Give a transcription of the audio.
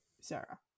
Sarah